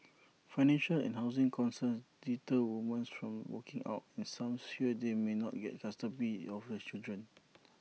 financial and housing concerns deter woman from walking out and some shear they may not get custody of the children